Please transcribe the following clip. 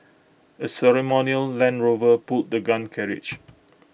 A ceremonial land Rover pulled the gun carriage